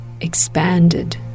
expanded